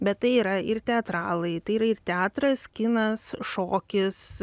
bet tai yra ir teatralai tai yra ir teatras kinas šokis